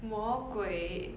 魔鬼